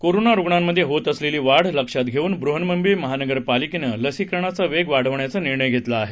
कोरोनारुग्णांमध्ये होत असलेली वाढ लक्षात घेऊन बृहन्मुंबई महानगरपालिकेनं लसीकरणाचा वेग वाढवण्याचा निर्णय घेतला आहे